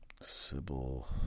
Sybil